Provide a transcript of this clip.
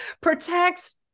protects